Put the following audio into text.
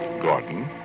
Gordon